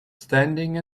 standing